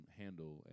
handle